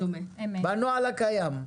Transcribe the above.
בנוהל הקיים.